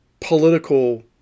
political